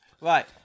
Right